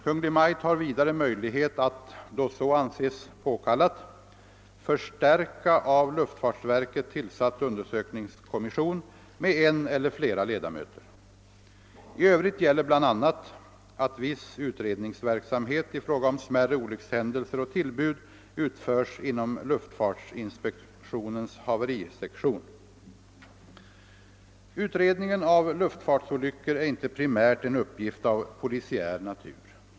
Kungl. Maj:t har vidare möjlighet att — då så anses påkallat — förstärka av luftfartsverket tillsatt undersökningskommission med en eller flera ledamöter. I övrigt gäller bl.a. att viss utredningsverksamhet i fråga om smärre olyckshändelser och tillbud utförs inom luftfartsinspektionens haverisektion. Utredningen av luftfartsolyckor är inte primärt en uppgift av polisiär natur.